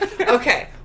Okay